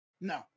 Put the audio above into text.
No